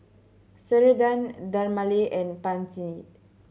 Ceradan Dermale and Pansy